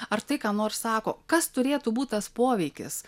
ar tai ką nors sako kas turėtų būt tas poveikis